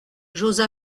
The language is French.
j’ose